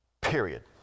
period